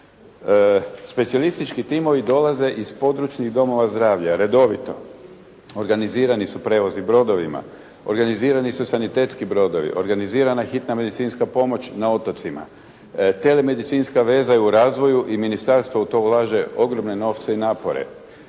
Specijalistički timovi dolaze iz područnih domova zdravlja redovito. Organizirani su prijevozi brodovima. Organizirani su sanitetski brodovi. Organizirana je hitna medicinska pomoć na otocima. Tele medicinska veza je u rezvoju i Ministarstvo u to ulaže ogromne novce i napore.